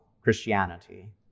Christianity